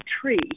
tree